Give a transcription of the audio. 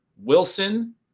Wilson